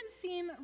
seem